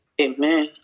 Amen